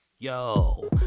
Yo